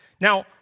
Now